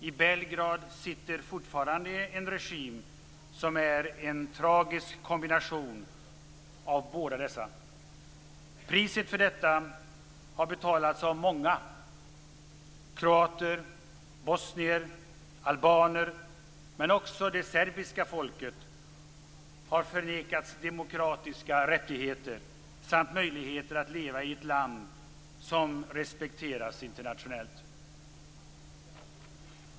I Belgrad sitter fortfarande en regim som är en tragisk kombination av båda dessa. Priset för detta har betalats av många. Kroater, bosnier, albaner men också det serbiska folket har förnekats demokratiska rättigheter samt möjligheten att leva i ett land som respekteras internationellt.